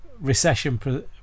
recession